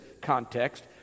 context